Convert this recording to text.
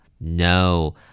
No